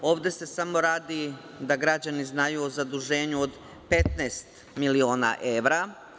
Ovde se samo radi, da građani znaju, o zaduženju od 15 miliona evra.